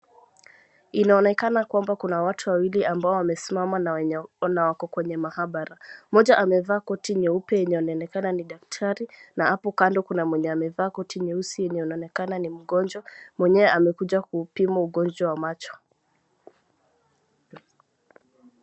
Inaonekana kwamba kuna watu wawili ambao wamesimama na wako kwenye mahabara, mmoja amevaa koti nyeupe na anaonekana ni daktari na apo kando kuna mwenye amevaa koti nyeusi na anaonekana ni mgonjwa, mwenyewe amekuja kupima ugonjwa wa macho.